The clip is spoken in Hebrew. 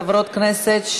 חברות כנסת,